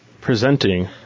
Presenting